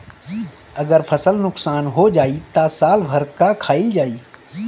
अगर फसल नुकसान हो जाई त साल भर का खाईल जाई